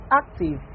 active